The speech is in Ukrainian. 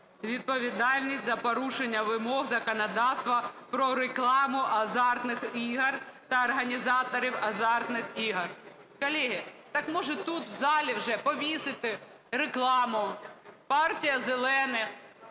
"Відповідальність за порушення вимог законодавства про рекламу азартних ігор та організаторів азартних ігор". Колеги, так може тут, у залі, вже повісити рекламу "Партія "зелених"